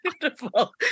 beautiful